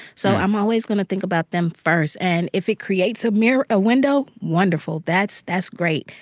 so i'm always going to think about them first. and if it creates a mirror a window, wonderful. that's that's great.